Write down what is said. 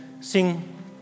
sing